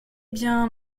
bien